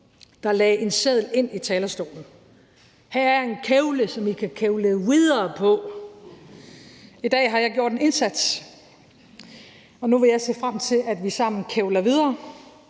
der lagde en seddel ind i talerstolen med teksten: Her er en kævle, I kan kævle videre på. I dag har jeg gjort en indsats, og nu vil jeg se frem til, at vi sammen kævler videre,